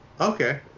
Okay